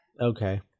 Okay